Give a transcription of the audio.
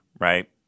right